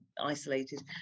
isolated